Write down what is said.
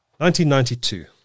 1992